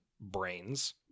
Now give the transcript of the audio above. brains